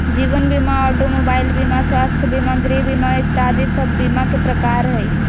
जीवन बीमा, automobile बीमा, स्वास्थ्य बीमा, गृह बीमा इत्यादि सब बीमा के प्रकार हय